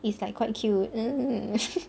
is like quite cute